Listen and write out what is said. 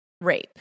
rape